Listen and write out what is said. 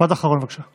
משפט אחרון, בבקשה.